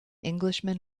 englishman